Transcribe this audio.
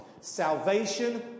salvation